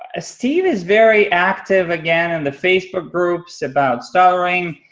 ah steve is very active again in the facebook groups about stuttering.